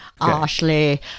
ashley